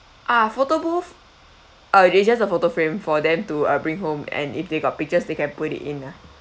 ah photobooth ah it's just a photo frame for them to uh bring home and if they got pictures they can put it in ah